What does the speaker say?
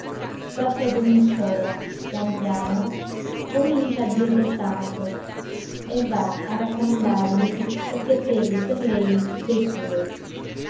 qualche donnicciola pian piano comincia a dirlo santo e va a raccomandarglisi perché preghi per lei